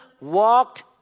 walked